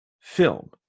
film